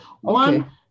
One